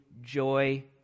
joy